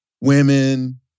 women